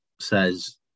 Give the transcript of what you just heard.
says